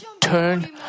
turn